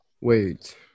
Wait